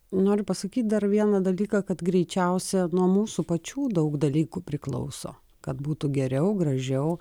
noriu pasakyt dar vieną dalyką kad greičiausia nuo mūsų pačių daug dalykų priklauso kad būtų geriau gražiau